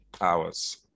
hours